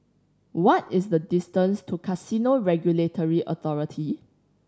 what is the distance to Casino Regulatory Authority